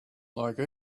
like